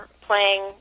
playing